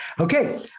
Okay